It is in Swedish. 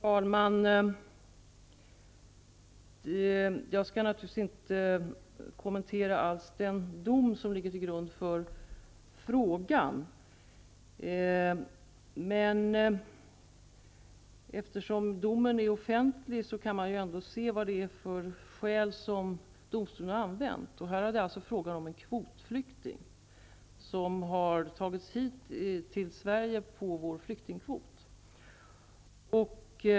Herr talman! Jag skall naturligtvis inte kommentera den dom som ligger till grund för frågan, men eftersom domen är offentlig kan man ändå se vilka skäl domstolen har använt. Det är i detta fall fråga om en kvotflykting, som har tagits emot i Sverige inom ramen för vår flyktingkvot.